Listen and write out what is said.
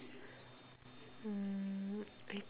mm I